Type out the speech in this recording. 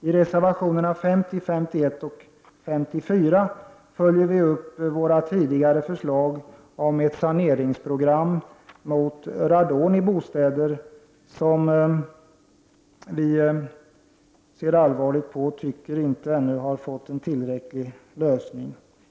I reservationerna 50, 51 och 54 följer vi upp våra tidigare förslag om ett saneringsprogram mot radon i bostäder, något som vi ser allvarligt på. Vi anser att problemet ännu inte har fått en tillfredsställande lösning.